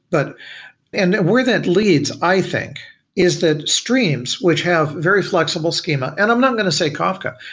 but and where that leads i think is that streams which have very flexible schema and i'm not going to say kafka,